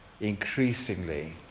increasingly